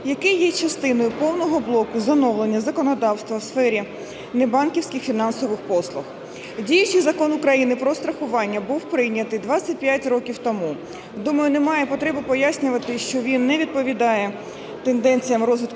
який є частиною повного блоку з оновлення законодавства у сфері небанківських фінансових послуг. Діючий Закон України "Про страхування" був прийнятий 25 років тому. Думаю, немає потреби пояснювати, що він не відповідає тенденціям розвитку